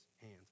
hands